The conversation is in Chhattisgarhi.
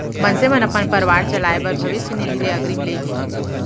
मनसे मन अपन परवार चलाए बर भविस्य निधि ले अगरिम ले हे